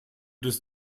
des